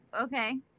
okay